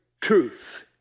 truth